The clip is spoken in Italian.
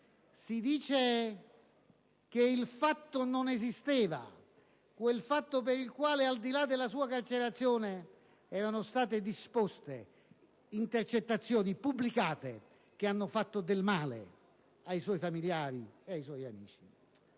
Si dice che il fatto non esisteva: quel fatto per il quale, al di là della carcerazione di quelle persone, erano state disposte intercettazioni pubblicate che hanno fatto del male ai suoi familiari e ai suoi amici.